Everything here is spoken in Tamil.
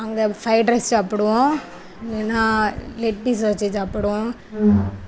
அங்கே ஃப்ரைட் ரைஸ் சாப்பிடுவோம் இல்லைனா லெக் பீஸ் வச்சு சாப்பிடுவோம்